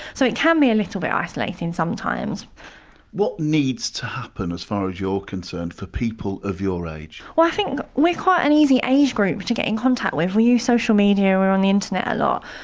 so, it can be a little bit isolating sometimes what needs to happen as far as you're concerned for people of your age? well i think quite an easy age group to get in contact with, we use social media, we're on the internet a lot,